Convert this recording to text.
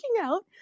out